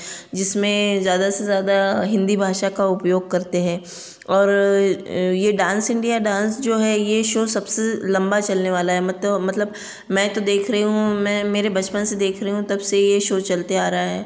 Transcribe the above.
जिसमें ज़्यादा से ज़्यादा हिंदी भाषा का उपयोग करते हैं और ये डांस इंडिया डांस जो है यह शो सबसे लंबा चलने वाला है मत मतलब मैं तो देख रही हूँ मैं मेरे बचपन से देख रही हूँ तब से यह शो चलता आ रहा है